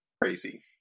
Crazy